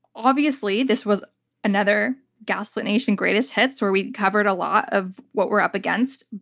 obviously, this was another gaslit nation greatest hits where we covered a lot of what we're up against.